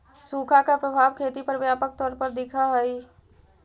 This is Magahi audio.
सुखा का प्रभाव खेती पर व्यापक तौर पर दिखअ हई